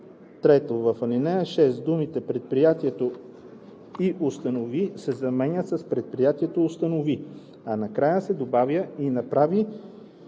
3. В ал. 6 думите „предприятието и установи“ се заменят с „предприятието, установи“, а накрая се добавя „и направи